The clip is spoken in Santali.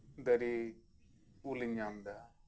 ᱫᱟᱨᱮ ᱩᱞᱤᱧ ᱧᱟᱢᱫᱟ